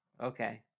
okay